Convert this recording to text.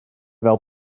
fel